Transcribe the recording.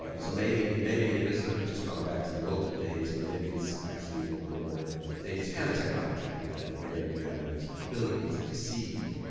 ah so maybe maybe it is, ah just going back to the older days, but maybe it's actually even a little more dangerous. and the technology, i mean i think there you have the ah ability to deceive,